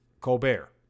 Colbert